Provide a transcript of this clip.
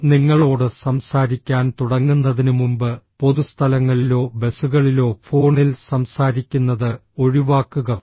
അവർ നിങ്ങളോട് സംസാരിക്കാൻ തുടങ്ങുന്നതിനുമുമ്പ് പൊതുസ്ഥലങ്ങളിലോ ബസുകളിലോ ഫോണിൽ സംസാരിക്കുന്നത് ഒഴിവാക്കുക